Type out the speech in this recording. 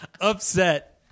upset